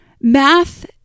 math